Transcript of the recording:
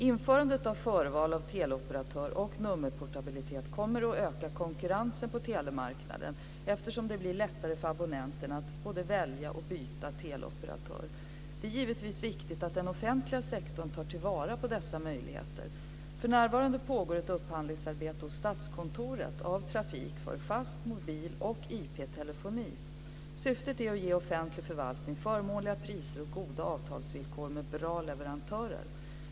Införandet av förval av teleoperatör och nummerportabilitet kommer att öka konkurrensen på telemarknaden eftersom det blir lättare för abonnenterna att både välja och byta teleoperatör. Det är givetvis viktigt att den offentliga sektorn tar vara på dessa möjligheter. För närvarande pågår ett upphandlingsarbete hos Statskontoret av trafik för fast-, mobil och IP-telefoni. Syftet är att ge offentlig förvaltning förmånliga priser och goda avtalsvillkor med bra leverantörer.